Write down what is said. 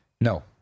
No